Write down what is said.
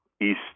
east